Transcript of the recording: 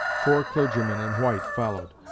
four clergymen in white followed.